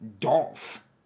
Dolph